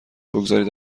بگذارید